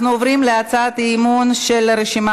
אנחנו עוברים להצעת האי-אמון של הרשימה